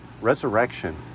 Resurrection